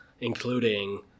including